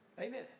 amen